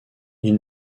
ils